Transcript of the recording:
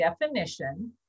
definition